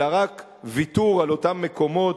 אלא רק ויתור על אותם מקומות,